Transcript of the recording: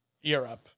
Europe